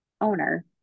owner